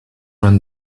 ran